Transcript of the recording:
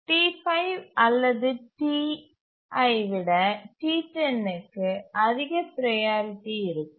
T5 அல்லது T ஐ விட T10க்கு அதிக ப்ரையாரிட்டி இருக்கும்